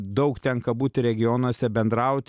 daug tenka būti regionuose bendraut